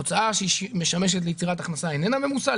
הוצאה שמשמשת ליצירת הכנסה איננה ממוסה.